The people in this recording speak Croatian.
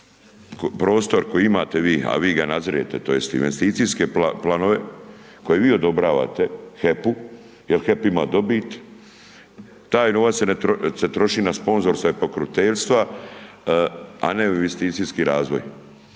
prostor ako imate vi, a vi ga nadzirete tj. investicijske planove koje vi odobravate HEP-u jer HEP ima dobit, taj novac se troši na sponzorstva i pokroviteljstva a ne u investicijski razvoj.